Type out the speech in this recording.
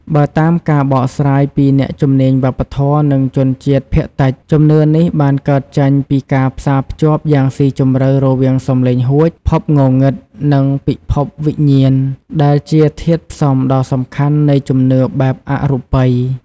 បើតាមការបកស្រាយពីអ្នកជំនាញវប្បធម៌ និងជនជាតិភាគតិច ជំនឿនេះបានកើតចេញពីការផ្សារភ្ជាប់យ៉ាងស៊ីជម្រៅរវាងសំឡេងហួច ភពងងឹត និងពិភពវិញ្ញាណ ដែលជាធាតុផ្សំដ៏សំខាន់នៃជំនឿបែបអរូបី។